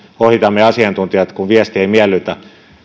ohitamme asiantuntijat kun viesti ei miellytä